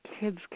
kids